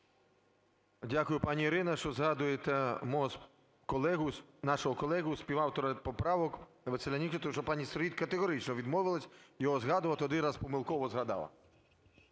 Дякую, пані Ірина, що згадуєте мого колегу, нашого колегу, співавтора поправок ВасиляНімченка, тому що пані Сироїд категорично відмовилась його згадувати, один раз помилково згадала.